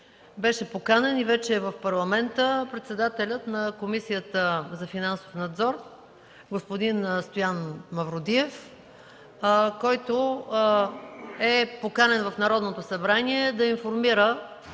беше поканен и вече е в Парламента председателят на Комисията за финансов надзор господин Стоян Мавродиев, който е поканен в Народното събрание да информира